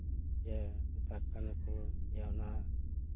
ᱡᱮ ᱢᱮᱛᱟ ᱠᱚ ᱠᱟᱱᱟ ᱠᱚ ᱡᱮ ᱚᱱᱟ